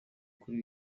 kuri